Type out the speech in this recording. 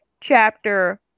chapter